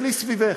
תסתכלי סביבך,